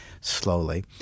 slowly